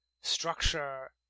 structure